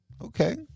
Okay